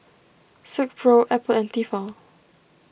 Silkpro Apple and Tefal